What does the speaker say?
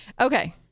Okay